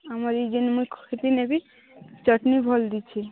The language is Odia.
ଆମରି ଯେନ ମୁଁ କହିକି ନେବି ଚଟଣୀ ଭଲ ଦେଇଛି